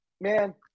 man